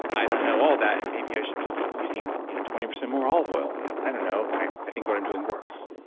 i don't know all that. and maybe i should be using you know twenty percent more olive oil. hell i don't know. i think what i'm doing works,